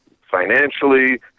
financially